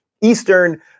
Eastern